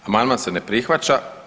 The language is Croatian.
Amandman se ne prihvaća.